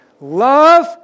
love